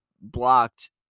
blocked